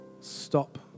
stop